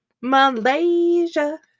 Malaysia